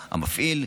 המפעיל,